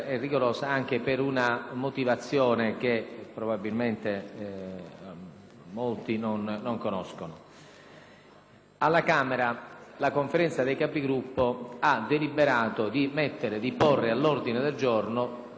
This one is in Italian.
deputati, la Conferenza dei Capigruppo ha deliberato di porre all'ordine del giorno, sostanzialmente operando uno stralcio, il semplice articolo che riguardava la soglia di sbarramento del sistema elettorale europeo.